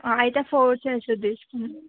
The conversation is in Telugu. అయితే ఫోర్ చైర్స్ది తీసుకోండి